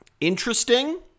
interesting